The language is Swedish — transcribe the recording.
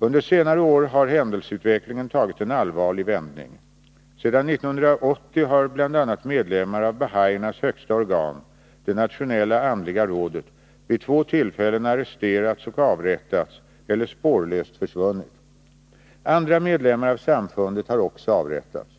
Under senare år har händelseutvecklingen tagit en allvarlig vändning. Sedan 1980 har bl.a. medlemmar av bahaiernas högsta organ — det nationella andliga rådet — vid två tillfällen arresterats och avrättats eller spårlöst försvunnit. Andra medlemmar av samfundet har också avrättats.